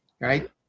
Right